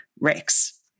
rex